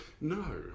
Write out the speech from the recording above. No